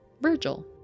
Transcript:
Virgil